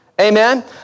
Amen